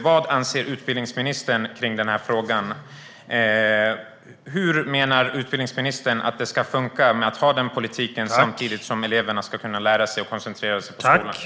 Vad anser utbildningsministern om den här frågan? Hur menar utbildningsministern att det ska funka att föra denna politik samtidigt som eleverna ska kunna lära sig och koncentrera sig på skolan?